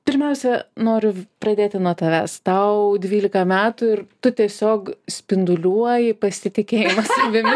pirmiausia noriu pradėti nuo tavęs tau dvylika metų ir tu tiesiog spinduliuoji pasitikėjimą savimi